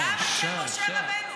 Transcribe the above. גם אצל משה רבנו.